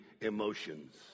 emotions